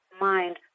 mind